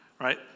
Right